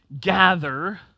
gather